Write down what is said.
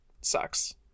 sucks